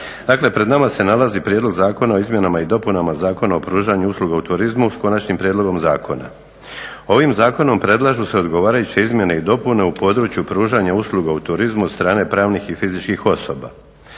pred nama se nalazi Prijedlog zakona o izmjenama i dopunama Zakona o pružanju usluga u turizmu s konačnim prijedlogom zakona. Ovim zakonom predlažu se odgovarajuće izmjene i dopune u području pružanja usluga u turizmu od strane pravnih i fizičkih osoba.